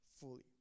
fully